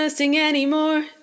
anymore